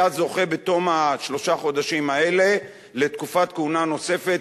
היה זוכה בתום שלושה החודשים האלה לתקופת כהונה נוספת,